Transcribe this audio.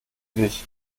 dich